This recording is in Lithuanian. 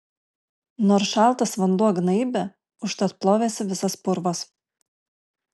nors šaltas vanduo gnaibė užtat plovėsi visas purvas